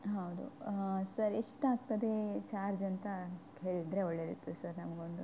ಹೌದು ಸರ್ ಎಷ್ಟಾಗ್ತದೆ ಚಾರ್ಜ್ ಅಂತ ಹೇಳಿದರೆ ಒಳ್ಳೆದಿರ್ತದೆ ಸರ್ ನಮಗೊಂದು